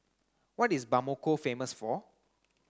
what is Bamako famous for